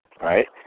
right